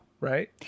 right